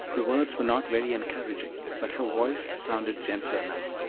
the words were not very encouraging, but her voice sounded gentler now,